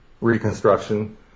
reconstruction